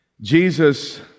Jesus